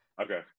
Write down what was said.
Okay